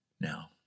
Now